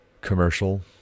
commercial